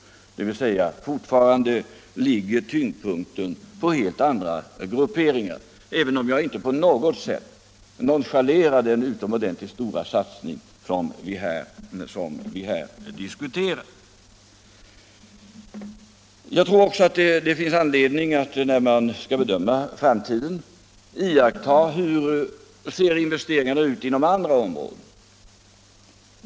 Det betyder att tyngdpunkten fortfarande ligger på helt andra grupperingar — även om jag inte på något sätt nonchalerar den utomordentligt stora satsning som vi här diskuterar. Jag tror också att det, när man skall bedöma framtiden, finns anledning att iaktta hur investeringarna ser ut inom andra områden.